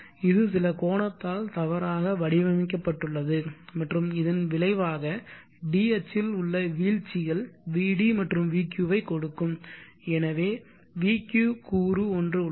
இது சில கோணத்தால் தவறாக வடிவமைக்கப்பட்டுள்ளது மற்றும் இதன் விளைவாக d அச்சில் உள்ள வீழ்ச்சிகள் vd மற்றும் vq ஐக் கொடுக்கும் எனவே vq கூறு ஒன்று உள்ளது